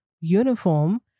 uniform